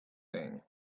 thing